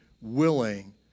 willing